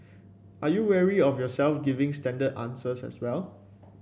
are you wary of yourself giving standard answers as well